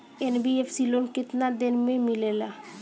NBFC loan केतना दिन मे मिलेला?